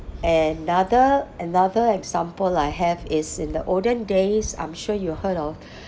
and another another example I have is in the olden days I'm sure you heard of